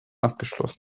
abgeschlossen